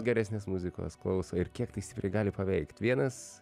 geresnės muzikos klauso ir kiek tai stipriai gali paveikt vienas